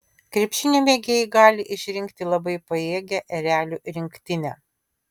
krepšinio mėgėjai gali išrinkti labai pajėgią erelių rinktinę